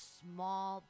small